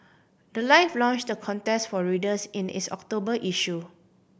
the life launched the contest for readers in its October issue